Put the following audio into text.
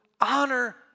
honor